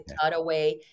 cutaway